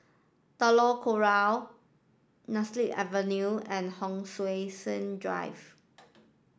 Telok Kurau Nemesu Avenue and Hon Sui Sen Drive